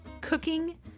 cooking